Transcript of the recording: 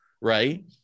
right